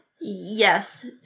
Yes